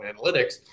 analytics